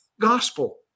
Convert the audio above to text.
gospel